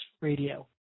Radio